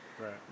Right